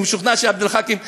אני משוכנע שעבד אל חכים חאג'